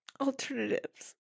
alternatives